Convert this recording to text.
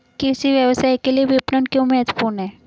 कृषि व्यवसाय के लिए विपणन क्यों महत्वपूर्ण है?